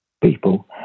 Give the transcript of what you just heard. People